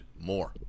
more